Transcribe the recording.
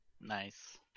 Nice